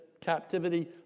captivity